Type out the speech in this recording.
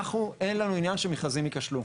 אין לנו עניין שמכרזים ייכשלו.